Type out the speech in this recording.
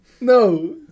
No